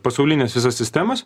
pasaulines visas sistemas